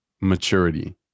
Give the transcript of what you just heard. maturity